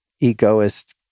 Egoist